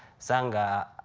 sanga,